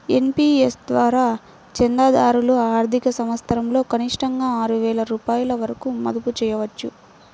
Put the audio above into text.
NPS ద్వారా చందాదారులు ఆర్థిక సంవత్సరంలో కనిష్టంగా ఆరు వేల రూపాయల వరకు మదుపు చేయవచ్చు